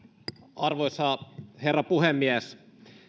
arvoisa herra puhemies